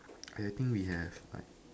I think we have like